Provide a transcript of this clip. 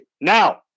Now